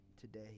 today